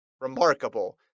remarkable